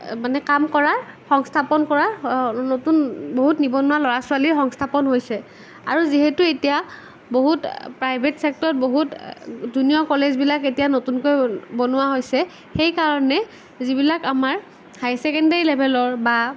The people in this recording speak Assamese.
মানে কাম কৰাৰ সংস্থাপন কৰাৰ নতুন বহুত নিবনুৱা ল'ৰা ছোৱালীৰ সংস্থাপন হৈছে আৰু যিহেতু এতিয়া বহুত প্ৰাইভেট ছেক্টৰত বহুত জুনিয়ৰ কলেজবিলাক এতিয়া নতুনকৈ বনোৱা হৈছে সেই কাৰণে যিবিলাক আমাৰ হাই ছেকেণ্ডাৰী লেভেলৰ বা